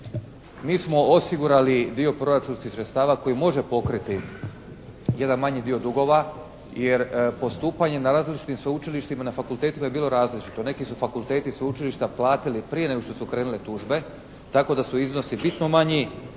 Mi smo osigurali dio proračunskih sredstava koji može pokriti jedan manji dio dugova jer postupanjem na različitim sveučilištima, na fakultetima je bilo različito. Neki su fakulteti i sveučilišta platili prije nego što su krenule tužbe tako da su iznosi bitno manji